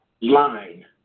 line